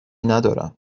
ندارم